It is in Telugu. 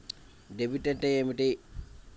డెబిట్ అంటే ఏమిటి?